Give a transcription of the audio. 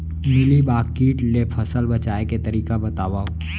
Mealybug kit ले फसल बचाए के तरीका बतावव?